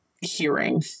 hearing